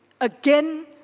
Again